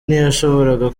ntiyashoboraga